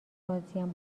راضیم